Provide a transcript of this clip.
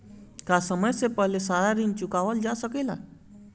का समय से पहले सारा ऋण चुकावल जा सकेला?